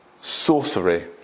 sorcery